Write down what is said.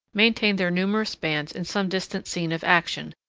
maintained their numerous bands in some distant scene of action,